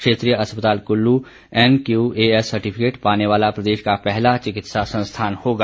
क्षेत्रीय अस्पताल Kullu NQAS certificate पाने वाला प्रदेश का पहला चिकित्सा संस्थान होगा